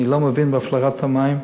אני לא מבין בהפלרת המים,